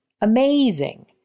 amazing